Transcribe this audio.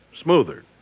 smoother